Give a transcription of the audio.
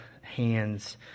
hands